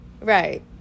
Right